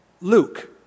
Luke